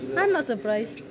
I'm not surprised